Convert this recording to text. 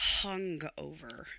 hungover